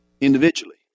individually